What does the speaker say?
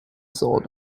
sold